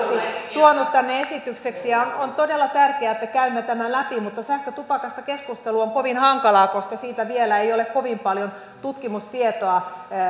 tuonut tänne esitykseksi ja on todella tärkeää että käymme tämän läpi mutta sähkötupakasta keskustelu on kovin hankalaa koska siitä ei vielä ole kovin paljon tutkimustietoa